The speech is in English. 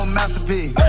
masterpiece